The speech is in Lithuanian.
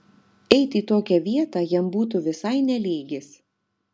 eit į tokią vietą jam būtų visai ne lygis